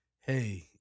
hey